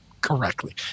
correctly